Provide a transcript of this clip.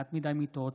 מעט מדי מיטות,